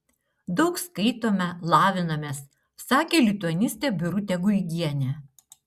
daug skaitome lavinamės sakė lituanistė birutė guigienė